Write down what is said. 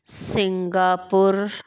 Singapore